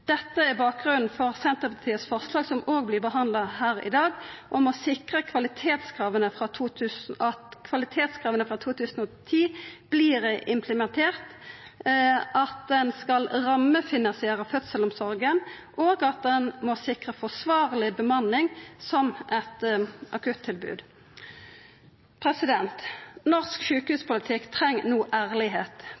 Dette er bakgrunnen for Senterpartiets forslag, som òg vert behandla her i dag, om å sikra at kvalitetskrava frå 2010 vert implementerte, at ein skal rammefinansiera fødselsomsorga, og at ein må sikra forsvarleg bemanning som eit akuttilbod. Norsk